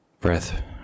breath